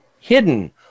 hidden